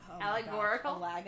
allegorical